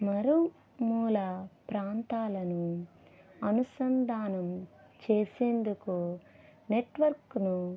మరో మూలా ప్రాంతాలను అనుసంధానం చేసేందుకు నెట్వర్క్ను